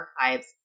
Archives